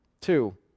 Two